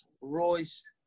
Royce